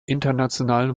internationale